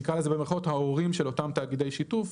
נקרא לזה במירכאות "ההורים" של אותם תאגידי שיתוף,